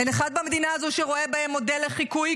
אין אחד במדינה הזו שרואה בהם מודל לחיקוי,